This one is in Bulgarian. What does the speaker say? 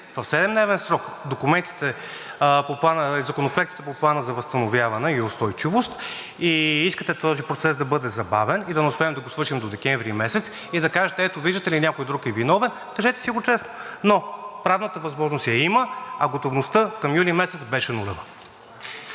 в седемдневен срок законопроектите по Плана за възстановяване и устойчивост и искате този процес да бъде забавен и да не успеем да го свършим до декември месец, и да кажете – ето, виждате ли, някой друг е виновен, кажете си го честно. Но правната възможност я има, а готовността към юли месец беше нулева.